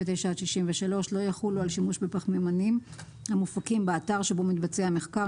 עד 63 לא יחולו על שימוש בפחמימנים המופקים באתר שבו מתבצע מחקר,